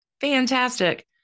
Fantastic